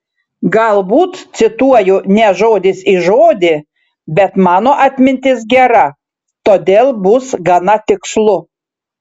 galbūt cituoju ne žodis į žodį bet mano atmintis gera todėl bus gana tikslu